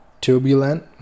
turbulent